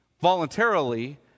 voluntarily